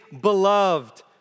beloved